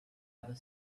other